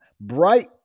Bright